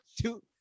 two